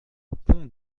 pont